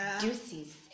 juices